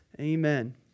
amen